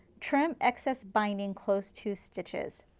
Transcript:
trim excess binding close to stitches.